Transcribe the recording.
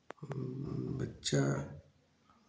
बच्चा